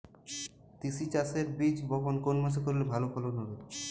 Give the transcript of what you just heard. তিসি চাষের বীজ বপন কোন মাসে করলে ভালো ফলন হবে?